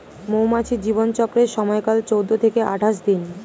মৌমাছির জীবন চক্রের সময়কাল চৌদ্দ থেকে আঠাশ দিন